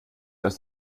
das